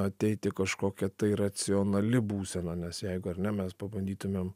ateiti kažkokia tai racionali būsena nes jeigu ar ne mes pabandytumėm